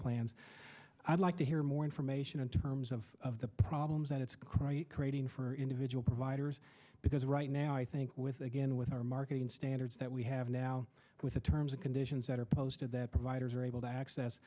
plans i'd like to hear more information in terms of the problems that it's creating for individual providers because right now i think with again with our marketing standards that we have now with the terms and conditions that are posted that providers are able to access